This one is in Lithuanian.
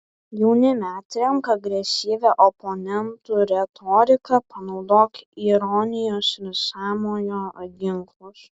jaunime atremk agresyvią oponentų retoriką panaudok ironijos ir sąmojo ginklus